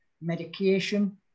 medication